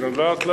כאזרחים,